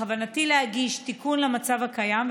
בכוונתי להגיש תיקון למצב הקיים,